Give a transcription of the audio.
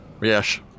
Yes